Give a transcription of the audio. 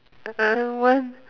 I don't want